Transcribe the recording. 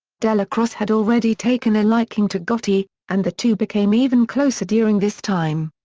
dellacroce had already taken a liking to gotti, and the two became even closer during this time.